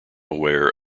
aware